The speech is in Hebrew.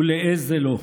ולאיזה לא.